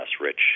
rich